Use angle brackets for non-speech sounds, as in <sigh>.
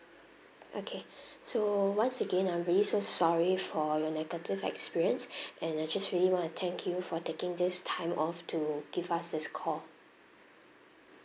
okay <breath> so once again I'm really so sorry for your negative experience <breath> and I just really want to thank you for taking this time off to give us this call